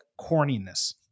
corniness